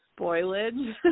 spoilage